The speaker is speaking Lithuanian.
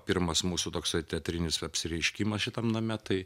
pirmas mūsų toks teatrinis apsireiškimas šitam name tai